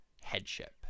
headship